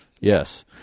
Yes